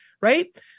right